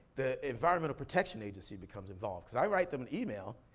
the environmental protection agency becomes involved, cause i write them an email,